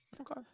okay